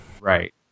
Right